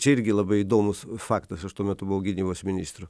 čia irgi labai įdomus faktas aš tuo metu buvau gynybos ministru